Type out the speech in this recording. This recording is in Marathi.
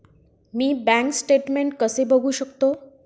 मी बँक स्टेटमेन्ट कसे बघू शकतो?